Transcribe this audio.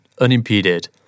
unimpeded